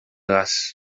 gas